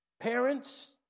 Parents